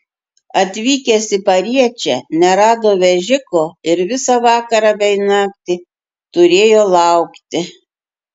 atvykęs į pariečę nerado vežiko ir visą vakarą bei naktį turėjo laukti